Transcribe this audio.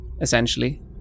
essentially